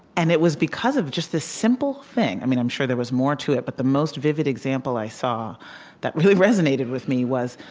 and it was because of just this simple thing. i mean, i'm sure there was more to it, but the most vivid example i saw that really resonated with me was,